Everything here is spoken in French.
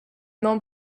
nom